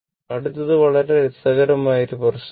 അടുത്തത് വളരെ രസകരമായ ഒരു പ്രശ്നമാണ്